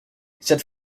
cette